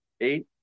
eight